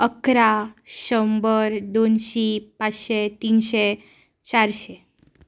इकरा शंबर दोनशी पांचशे तिनशे चारशे